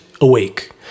awake